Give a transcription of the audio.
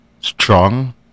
strong